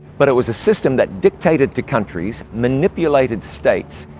but it was a system that dictated to countries, manipulated states,